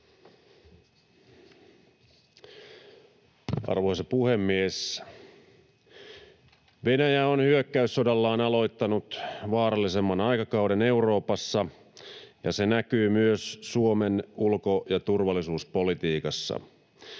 Arvoisa puhemies! Venäjä on hyökkäyssodallaan aloittanut vaarallisemman aikakauden Euroopassa, ja se näkyy myös Suomen ulko- ja turvallisuuspolitiikassa.